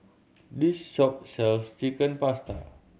this shop sells Chicken Pasta